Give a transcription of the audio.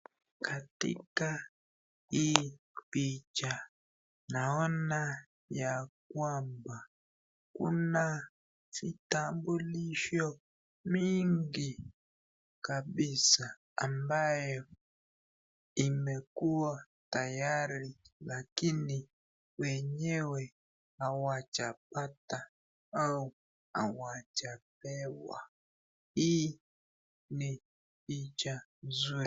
Katika hii picha naona ya kwamba kuna vitambulisho mingi kabisa ambayo imekuwa tayari lakini wenyewe hawajapata au hawajapewa. Hii ni picha nzuri.